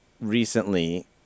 recently